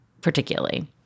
particularly